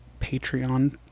Patreon